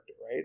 right